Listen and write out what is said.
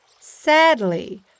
Sadly